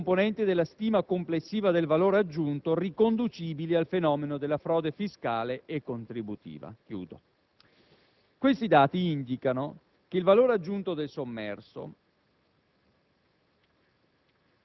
«le diverse componenti della stima complessiva del valore aggiunto, riconducibili al fenomeno della frode fiscale e contributiva». Quei dati indicano che il valore aggiunto del sommerso